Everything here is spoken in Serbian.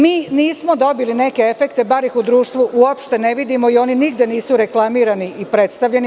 Mi nismo dobili neke efekte, barem ih u društvu uopšte ne vidimo i oni nigde nisu reklamirani i predstavljeni.